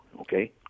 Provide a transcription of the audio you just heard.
okay